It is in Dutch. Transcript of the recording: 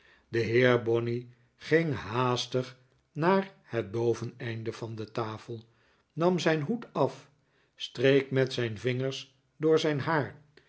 de heer bonney ging haastig naar het boveneinde van de tafel nam zijn hoed af streek met zijn vingers door zijn haar